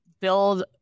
build